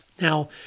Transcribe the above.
Now